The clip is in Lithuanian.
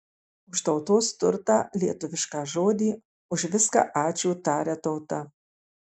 už tautos turtą lietuvišką žodį už viską ačiū taria tauta